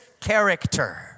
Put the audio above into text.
character